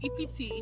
ept